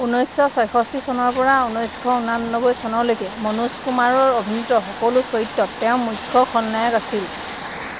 ঊনৈছশ ছয়ষষ্ঠি চনৰ পৰা ঊনৈছশ ঊনানব্বৈ চনলৈকে মনোজ কুমাৰৰ অভিনীত সকলো চৰিত্ৰত তেওঁ মুখ্য খলনায়ক আছিল